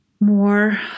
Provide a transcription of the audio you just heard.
more